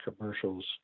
commercials